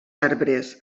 arbres